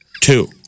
two